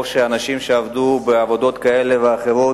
או אנשים שעבדו בעבודות כאלה ואחרות,